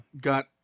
got